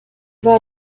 war